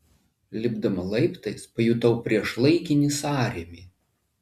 lipdama laiptais pajutau priešlaikinį sąrėmį